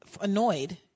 Annoyed